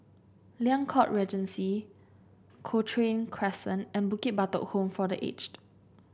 Liang Court Regency Cochrane Crescent and Bukit Batok Home for The Aged